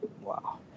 Wow